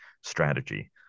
strategy